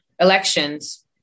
elections